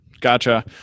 Gotcha